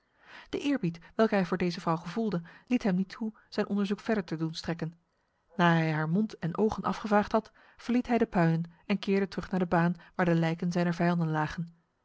de eerbied welke hij voor deze vrouw gevoelde liet hem niet toe zijn onderzoek verder te doen strekken na hij haar mond en ogen afgevaagd had verliet hij de puinen en keerde terug naar de baan waar de lijken zijner vijanden lagen